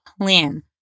plan